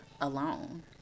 alone